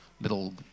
little